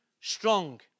strong